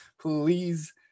please